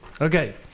Okay